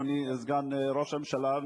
אדוני סגן ראש הממשלה,